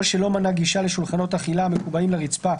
או שלא מנע גישה לשולחנות אכילה המקובעים לרצפה,